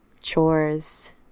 chores